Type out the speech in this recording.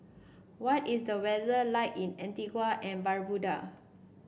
what is the weather like in Antigua and Barbuda